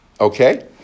Okay